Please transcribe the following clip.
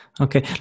Okay